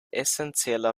essenzieller